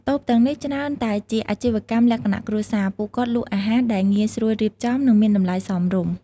តូបទាំងនេះច្រើនតែជាអាជីវកម្មលក្ខណៈគ្រួសារ។ ពួកគាត់លក់អាហារដែលងាយស្រួលរៀបចំ និងមានតម្លៃសមរម្យ។